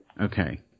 Okay